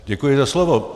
Děkuji za slovo.